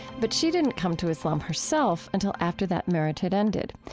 but she didn't come to islam herself until after that marriage had ended.